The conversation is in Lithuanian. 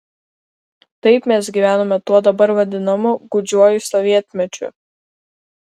taip mes gyvenome tuo dabar vadinamu gūdžiuoju sovietmečiu